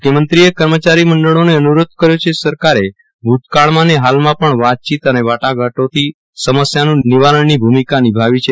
મખ્યમંત્રી એ કમચારીઓને અનુરોધ કર્યો છે કે સરકારે ભુતકાળમાં અને હાલમાં પણ વાતચીત અને વાટાઘાટોથી સમસ્યાઓન નિવારણ ની ભૂમિકા નિભાવી છે